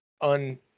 un